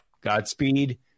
Godspeed